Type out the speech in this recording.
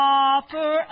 offer